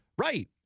Right